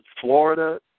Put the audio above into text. Florida